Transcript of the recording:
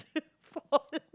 fall